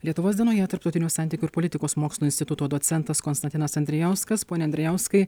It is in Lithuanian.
lietuvos dienoje tarptautinių santykių ir politikos mokslų instituto docentas konstantinas andrijauskas pone andrijauskai